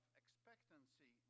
expectancy